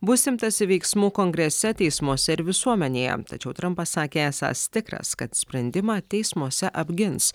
bus imtasi veiksmų kongrese teismuose ir visuomenėje tačiau trampas sakė esąs tikras kad sprendimą teismuose apgins